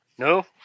No